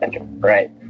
right